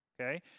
okay